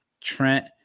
Trent